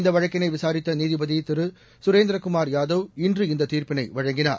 இந்த வழக்கினை விசாரித்த நீதிபதி திரு திரு சுரேந்திரகுமார் யாதவ் இன்று இந்த தீர்ப்பினை வழங்கினார்